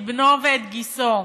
את בנו ואת גיסו.